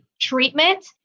treatment